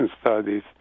studies